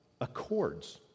accords